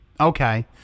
Okay